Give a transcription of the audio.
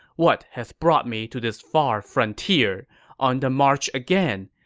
what has brought me to this far frontier on the march again,